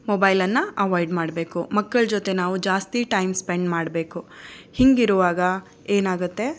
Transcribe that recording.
ಮೊಬೈಲನ್ನು ಅವಾಯ್ಡ್ ಮಾಡಬೇಕು ಮಕ್ಕಳು ಜೊತೆ ನಾವು ಜಾಸ್ತಿ ಟೈಮ್ ಸ್ಪೆಂಡ್ ಮಾಡಬೇಕು ಹೀಗಿರುವಾಗ ಏನಾಗುತ್ತೆ